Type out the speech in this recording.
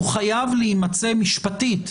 הוא חייב להימצא משפטית,